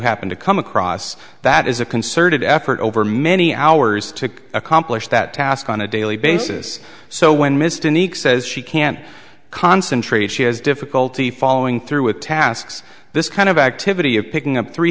happen to come across that is a concerted effort over many hours to accomplish that task on a daily basis so when mr nique says she can't concentrate she has difficulty following through with tasks this kind of activity of picking up three